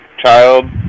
Child